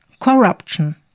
Corruption